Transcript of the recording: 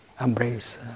embrace